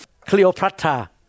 Cleopatra